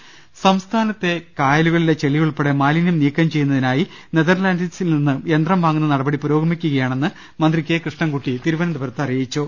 രദ്ദേഷ്ടങ സംസ്ഥാനത്തെ കായലുകളിലെ ചെളിയുൾപ്പെടെ മാലിന്യം നീക്കം ചെയ്യുന്നതിനായി നെതർലാൻഡ്സിൽ നിന്നും യന്ത്രം വാങ്ങുന്ന നടപടി പുരോഗമിക്കുകയാണെന്ന് മന്ത്രി കെ കൃഷ്ണൻകുട്ടി അറിയിച്ചു